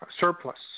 surplus